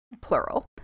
plural